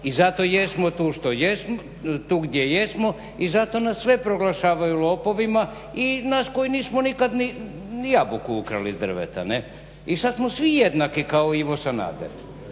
i zato jesmo tu što jesmo tu gdje jesmo i zato nas sve proglašavaju lopovima i nas koji nismo nikad ni jabuku ukrali s drveta, ne i sad smo svi jednaki kao Ivo Sanader,